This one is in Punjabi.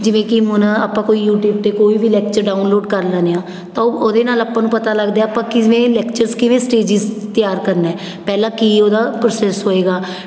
ਜਿਵੇਂ ਕਿ ਹੁਣ ਆਪਾਂ ਕੋਈ ਯੂਟਿਊਬ 'ਤੇ ਕੋਈ ਵੀ ਲੈਕਚਰ ਡਾਊਨਲੋਡ ਕਰ ਲੈਂਦੇ ਹਾਂ ਤਾਂ ਉਹਦੇ ਨਾਲ ਆਪਾਂ ਨੂੰ ਪਤਾ ਲੱਗਦਾ ਆਪਾਂ ਕਿਵੇਂ ਲੈਕਚਰਸ ਕਿਵੇਂ ਸਟੇਜਿਸ ਤਿਆਰ ਕਰਨਾ ਪਹਿਲਾਂ ਕੀ ਉਹਦਾ ਪ੍ਰੋਸੈਸ ਹੋਏਗਾ